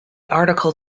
article